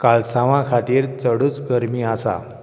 कालसांवा खातीर चडूच गर्मी आसा